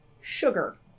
sugar